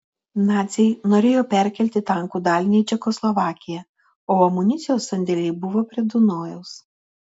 naciai norėjo perkelti tankų dalinį į čekoslovakiją o amunicijos sandėliai buvo prie dunojaus